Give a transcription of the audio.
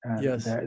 Yes